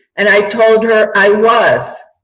and i told her i was.